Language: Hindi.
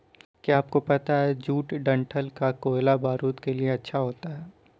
क्या आपको पता है जूट डंठल का कोयला बारूद के लिए अच्छा होता है